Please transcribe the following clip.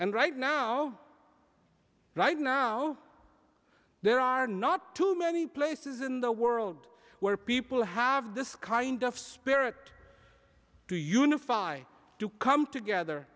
and right now right now there are not too many places in the world where people have this kind of spirit to unify to come together